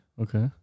Okay